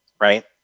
right